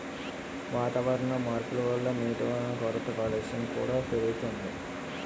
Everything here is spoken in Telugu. వాతావరణంలో మార్పుల వల్ల నీటివనరుల కొరత, కాలుష్యం కూడా పెరిగిపోతోంది